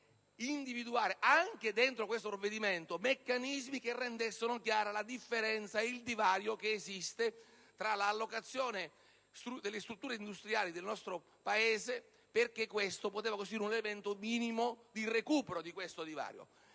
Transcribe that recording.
individuare anche dentro questo provvedimento meccanismi che rendessero chiara la differenza, il divario che esiste nell'allocazione delle strutture industriali del nostro Paese. Questo infatti avrebbe potuto costituire un minimo elemento di recupero di tale divario.